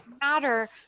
matter